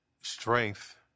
strength